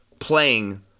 Playing